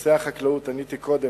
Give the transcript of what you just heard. בנושא החקלאות, עניתי קודם.